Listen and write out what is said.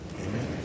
Amen